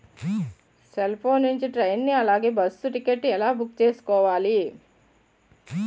Cell phone నుండి train అలాగే bus ticket ఎలా బుక్ చేసుకోవాలి?